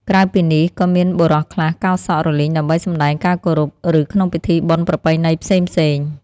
ក្រៅពីនេះ ក៏មានបុរសខ្លះកោរសក់រលីងដើម្បីសម្ដែងការគោរព ឬក្នុងពិធីបុណ្យប្រពៃណីផ្សេងៗ។